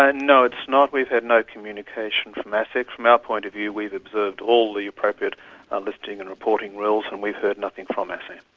ah no, it's not, we've had no communication from asic. from our point of view we've observed all the appropriate listing and reporting rules and we've heard nothing from asic.